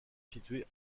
situés